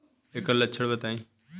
ऐकर लक्षण बताई?